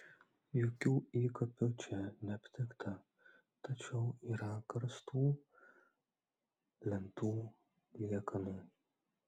jokių įkapių čia neaptikta tačiau yra karstų lentų liekanų